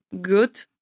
good